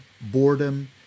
boredom